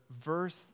verse